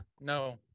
no